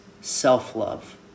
self-love